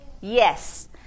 Yes